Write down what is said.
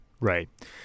Right